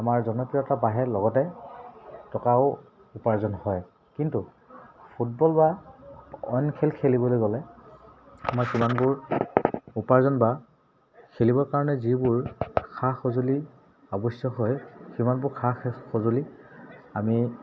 আমাৰ জনপ্ৰিয়তা বাঢ়ে লগতে টকাও উপাৰ্জন হয় কিন্তু ফুটবল বা অইন খেল খেলিবলৈ গ'লে আমাৰ যিমানবোৰ উপাৰ্জন বা খেলিবৰ কাৰণে যিবোৰ সা সঁজুলি আৱশ্যক হয় সিমানবোৰ সা সঁজুলি আমি